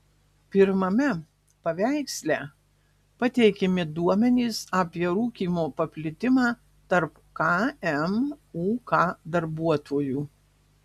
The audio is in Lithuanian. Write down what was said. pirmame paveiksle pateikiami duomenys apie rūkymo paplitimą tarp kmuk darbuotojų